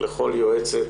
לכל יועצת